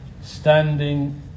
standing